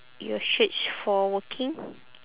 your shirts for working